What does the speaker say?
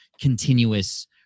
continuous